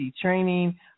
Training